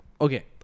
okay